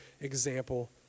example